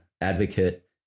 advocate